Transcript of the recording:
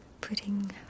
putting